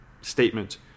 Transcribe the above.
statement